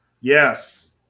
Yes